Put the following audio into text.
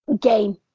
game